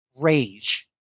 Rage